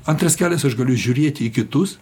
antras kelias aš galiu žiūrėti į kitus